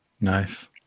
Nice